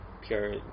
pure